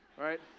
right